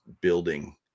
building